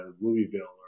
Louisville